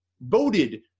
voted